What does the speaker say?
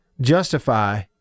justify